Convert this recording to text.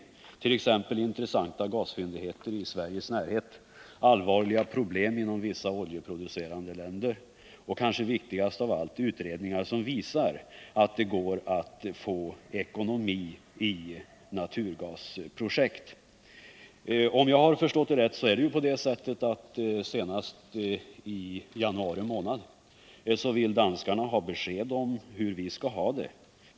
Exempelvis har det gjorts intressanta gasfyndigheter i Sveriges närhet, det föreligger allvarliga problem inom vissa oljeproducerande länder och, kanske viktigast av allt, det har gjorts utredningar som visar att det går att få ekonomi i naturgasprojekt. Om jag har förstått det hela rätt är det på det sättet att danskarna senast i januari månad vill ha besked om hur vi skall ha det.